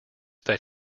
that